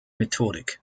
methodik